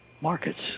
markets